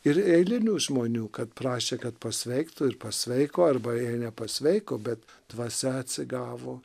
ir eilinių žmonių kad prašė kad pasveiktų ir pasveiko arba jei nepasveiko bet dvasia atsigavo